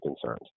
concerns